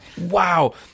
Wow